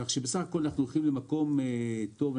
אנחנו בסך הכל הולכים למקום טוב.